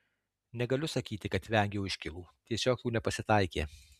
negaliu sakyti kad vengiau iškylų tiesiog jų nepasitaikė